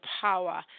power